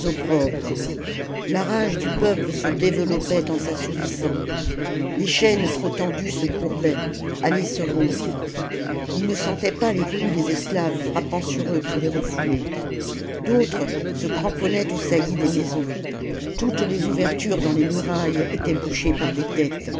opprobres la rage du peuple se développait en s'assouvissant les chaînes trop tendues se courbaient allaient se rompre lis ne sentaient pas les coups des esclaves frappant sur eux pour les refouler d'autres se cramponnaient aux saillies des malsons toutes les ouvertures dans les murailles étaient bouchées par des têtes